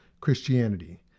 Christianity